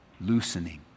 loosening